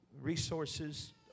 Resources